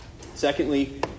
Secondly